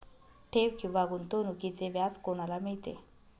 ठेव किंवा गुंतवणूकीचे व्याज कोणाला मिळते?